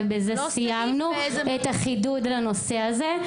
ובזה סיימנו את החידוד על הנושא הזה.